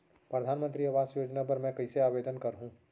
परधानमंतरी आवास योजना बर मैं कइसे आवेदन करहूँ?